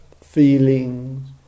feelings